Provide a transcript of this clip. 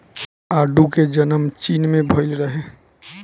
आडू के जनम चीन में भइल रहे